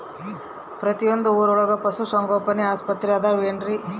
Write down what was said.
ಪ್ರತಿಯೊಂದು ಊರೊಳಗೆ ಪಶುಸಂಗೋಪನೆ ಆಸ್ಪತ್ರೆ ಅದವೇನ್ರಿ?